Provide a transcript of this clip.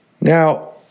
Now